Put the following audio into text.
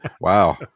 Wow